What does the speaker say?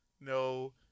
No